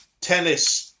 tennis